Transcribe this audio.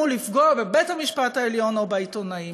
לפגוע בבית-המשפט העליון או בעיתונאים.